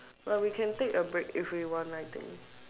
but we can take a break if we want I think